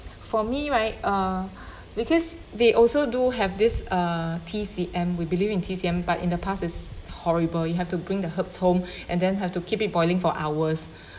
for me right uh because they also do have this uh T_C_M we believe in T_C_M but in the past it's horrible you have to bring the herbs home and then have to keep it boiling for hours